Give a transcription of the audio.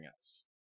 else